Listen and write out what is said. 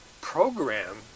program